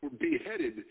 beheaded